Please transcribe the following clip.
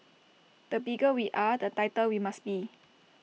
the bigger we are the tighter we must be